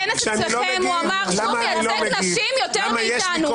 בכנס אצלכם הוא אמר שהוא מייצג נשים יותר מאיתנו.